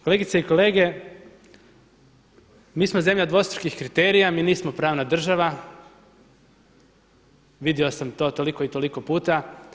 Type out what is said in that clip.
Kolegice i kolege, mi smo zemlja dvostrukih kriterija, mi nismo pravna država, vidio sam to toliko i toliko puta.